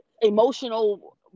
emotional